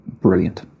brilliant